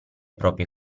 proprie